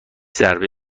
ضربه